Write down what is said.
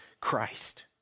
Christ